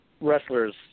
wrestlers